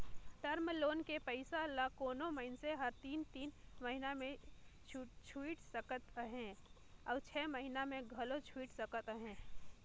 term loan के पइसा ल कोनो मइनसे हर तीन तीन महिना में छुइट सकत अहे अउ छै महिना में घलो छुइट सकत अहे